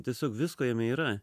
tiesiog visko jame yra